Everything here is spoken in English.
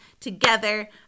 together